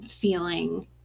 feeling